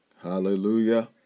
Hallelujah